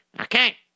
Okay